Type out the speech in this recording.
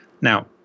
Now